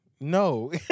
No